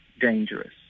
dangerous